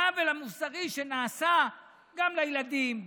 העוול המוסרי שנעשה גם לילדים,